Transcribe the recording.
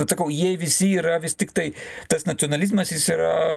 bet sakau jie visi yra vis tiktai tas nacionalizmas jis yra